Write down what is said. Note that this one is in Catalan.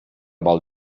val